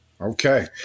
Okay